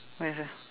nice ah